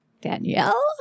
Danielle